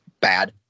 bad